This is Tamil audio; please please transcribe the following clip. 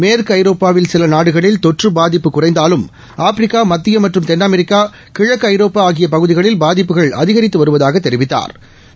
மேற்கு ஐரோப்பாவில் சில நாடுகளில் தொற்று பாதிப்பு குறைந்தாலும் ஆப்பிரிக்கா மத்திய மற்றும் தென் அமெிக்கா கிழக்கு ஐரோப்பா ஆகிய பகுதிகளில் பாதிப்புகள் அதிகித்து வருவதாக தெரிவித்தாா்